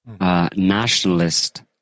Nationalist